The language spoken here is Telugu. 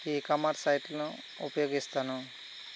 ఈకామర్స్ సైటును ఉపయోగిస్తాను